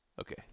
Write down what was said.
Okay